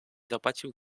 zapłacił